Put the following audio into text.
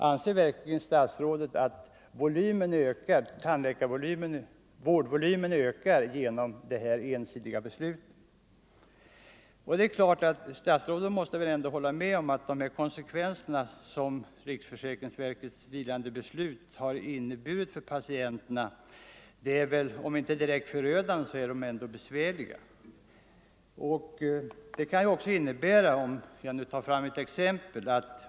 Anser verkligen statsrådet att vårdvolymen ökar genom det här ensidiga beslutet? Statsrådet måste väl trots allt hålla med om att de konsekvenser som riksförsäkringsverkets vilandebeslut har inneburit för patienterna är om inte direkt förödande så ändå besvärliga. Låt mig ta ett exempel som visar vad beslutet kan innebära.